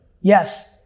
Yes